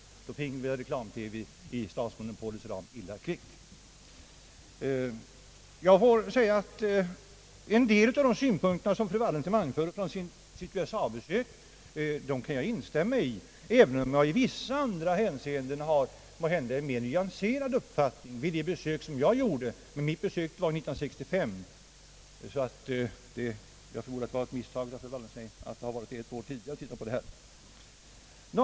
Då finge vi reklam-TV i statsmonopolets ram illa kvickt. Jag får säga att en del av de synpunkter som fru Wallentheim anfört från sitt USA-besök kan jag instämma i, även om jag i vissa andra hänseenden har en mera nyanserad uppfattning från ett besök jag gjort där. Men mitt besök var 1965, och jag förmodar därför att det var ett misstag av fru Wallentheim när hon sade att hon varit där ett år tidigare och tittat på detta.